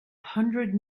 hundred